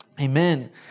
Amen